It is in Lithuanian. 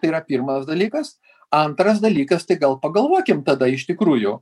tai yra pirmas dalykas antras dalykas tai gal pagalvokim tada iš tikrųjų